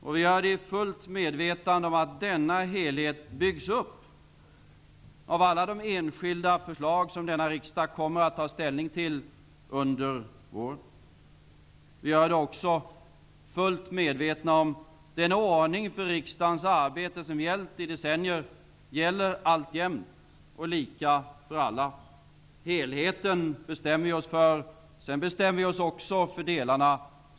Och vi gör det i fullt medvetande om att denna helhet byggs upp av alla de enskilda förslag som denna riksdag kommer att ta ställning till under våren. Vi gör det också fullt medvetna om att den ordning för riksdagens arbete som gällt i decennier gäller alltjämt och lika för alla. Helheten bestämmer vi oss för. Sedan bestämmer vi oss också för delarna.